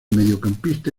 mediocampista